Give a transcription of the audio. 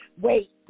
Wait